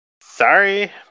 sorry